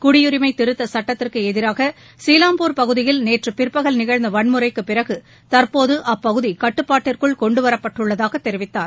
குடியுரினம திருத்த சுட்டத்திற்கு எதிராக சீவம்பூர் பகுதியில் நேற்று பிற்பகல் நிகழ்ந்த வன்முறைக்கு பிறகு தற்போது அப்பகுதி கட்டுப்பாட்டுக்குள் கொண்டுவரப்பட்டுள்ளதாக தெரிவித்தார்